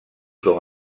com